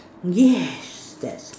yes that's